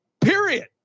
period